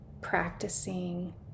practicing